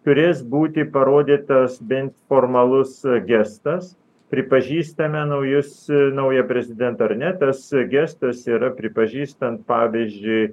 turės būti parodytas bent formalus gestas pripažįstame naujus naują prezidentą ar ne tas gestas yra pripažįstant pavyzdžiui